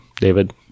David